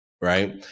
Right